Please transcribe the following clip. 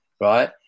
right